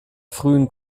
frühen